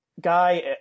guy